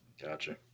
Gotcha